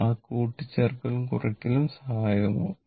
ആ കൂട്ടിച്ചേർക്കലും കുറയ്ക്കലും സഹായകമാകും